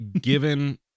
given